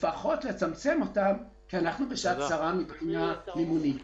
אז לפחות נצמצם אותן כשאנחנו בשעת צרה מבחינה מימונית.